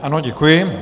Ano, děkuji.